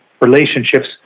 relationships